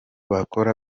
bakora